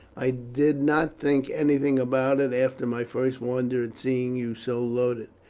i did not think anything about it after my first wonder at seeing you so loaded.